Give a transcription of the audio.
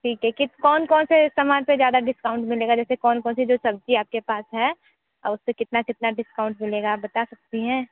ठीक है किस कौन कौन से सामान पर ज़्यादा डिस्काउंट मिलेगा जैसे कौन कौन सी सब्ज़ी जो आप के पास है और उस पर कितना कितना डिस्काउंट मिलेगा आप बता सकती हैं